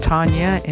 Tanya